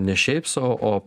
ne šiaip sau o